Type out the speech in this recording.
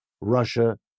Russia